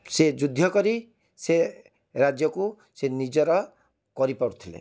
ସିଏ ଯୁଦ୍ଧ କରି ସେ ରାଜ୍ୟକୁ ସିଏ ନିଜର କରିପାରୁଥିଲେ